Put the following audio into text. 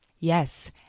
Yes